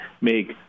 make